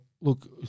look